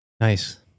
Nice